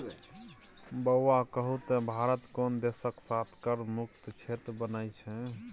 बौआ कहु त भारत कोन देशक साथ कर मुक्त क्षेत्र बनेने छै?